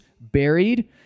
buried